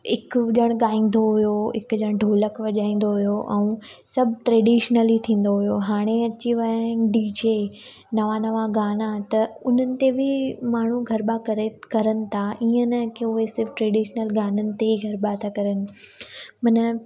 हिक ॼण गाईंदो हुयो हिक ॼण ढोलक वजाईंदो हुयो ऐं सभु ट्रैडिशनली हुयो हाणे अची विया आहिनि डी जे नवां नवां गाना त उन्हनि ते बि माण्हू गरबा करे कनि था ईअं न की उहे सभु ट्रैडिशनल गाननि ते गरबा था कनि माना